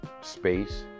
space